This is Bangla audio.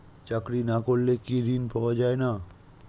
চাকরি না করলে কি ঋণ পাওয়া যায় না?